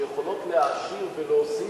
שיכולות להעשיר ולהוסיף,